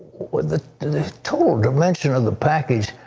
the the total dimension of the package,